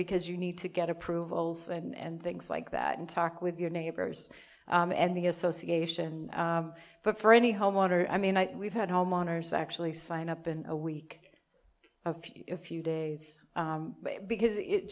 because you need to get approvals and things like that and talk with your neighbors and the association but for any homeowner i mean we've had homeowners actually sign up in a week a few a few days because